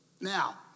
Now